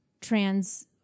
trans